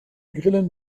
grillen